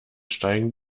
steigen